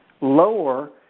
lower